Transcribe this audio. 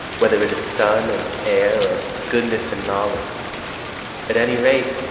whether it is son and heir or goodness and knowledge at any rate,